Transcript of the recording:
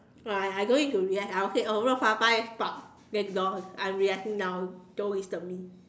oh I I don't need to relax I will say uh Rou-Fa bang doors I'm relaxing now don't disturb me